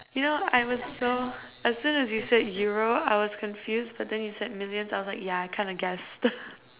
you know I was so as soon as you said euro I was confused but then you said millions I was like yeah I kinda guessed